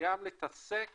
גם להתעסק